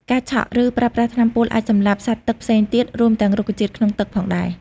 ការឆក់ ឬប្រើប្រាស់ថ្នាំពុលអាចសម្លាប់សត្វទឹកផ្សេងទៀត រួមទាំងរុក្ខជាតិក្នុងទឹកផងដែរ។